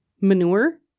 manure